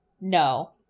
no